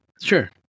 Sure